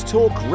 Talk